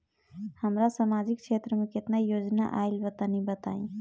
हमरा समाजिक क्षेत्र में केतना योजना आइल बा तनि बताईं?